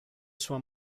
sua